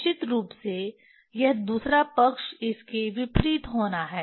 निश्चित रूप से यह दूसरा पक्ष इसके विपरीत होना है